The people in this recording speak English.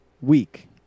week